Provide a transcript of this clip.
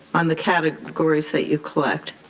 on the categories that you collect.